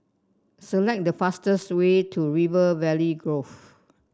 select the fastest way to River Valley Grove